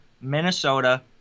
Minnesota